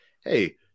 hey